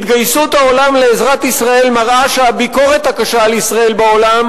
התגייסות העולם לעזרת ישראל מראה שהביקורת הקשה על ישראל בעולם